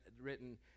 written